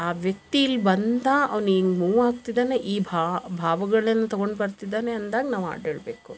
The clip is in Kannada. ಆ ವ್ಯಕ್ತಿ ಇಲ್ಲಿ ಬಂದ ಅವ್ನ ಹಿಂಗ್ ಮೂವಾಗ್ತಿದ್ದಾನೆ ಈ ಭಾವಗಳನ್ನು ತಗೊಂಡು ಬರ್ತಿದ್ದಾನೆ ಅಂದಾಗೆ ನಾವು ಹಾಡೇಳ್ಬೇಕು